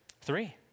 Three